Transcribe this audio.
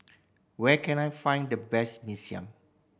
where can I find the best Mee Siam